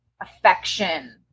affection